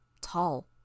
tall